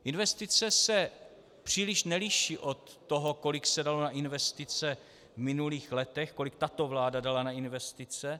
Investice se příliš neliší od toho, o kolik se dalo na investice v minulých letech, kolik tato vláda dala na investice.